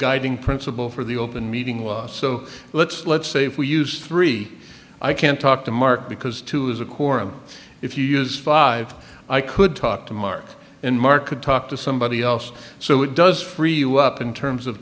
guiding principle for the open meeting was so let's let's say if we used three i can't talk to mark because two is a quorum if you use five i could talk to mark and mark could talk to somebody else so it does free you up in terms of